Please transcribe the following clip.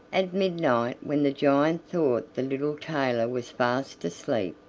at midnight, when the giant thought the little tailor was fast asleep,